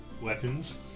weapons